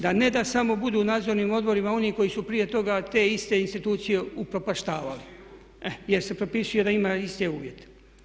Da ne da samo budu u nadzornim odborima oni koji su prije toga te iste institucije upropaštavali, jer se propisuje da ima iste uvjete.